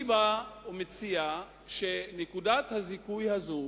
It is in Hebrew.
אני מציע שנקודת הזיכוי הזאת,